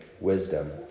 wisdom